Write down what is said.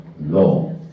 law